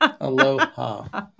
Aloha